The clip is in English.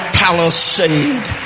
palisade